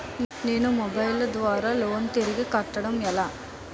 నేను మొబైల్ ద్వారా లోన్ తిరిగి కట్టడం ఎలా?